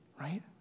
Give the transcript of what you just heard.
Right